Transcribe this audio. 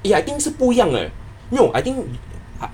eh I think 是不一样 eh 没有 I think